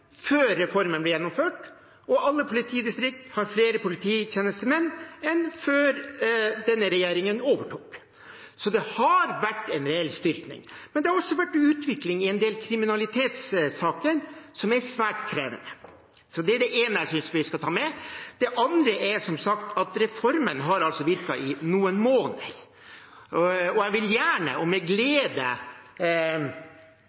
før reformen ble gjennomført, og alle politidistrikt har flere polititjenestemenn enn før denne regjeringen overtok. Så det har vært en reell styrkning. Men det har også vært en utvikling i en del kriminalitetssaker som er svært krevende. Det er det ene jeg synes vi skal ta med. Det andre er, som sagt, at reformen har virket i noen måneder. Jeg vil gjerne – og med